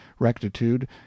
rectitude